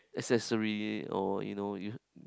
accessory or you know